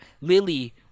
Lily